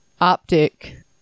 optic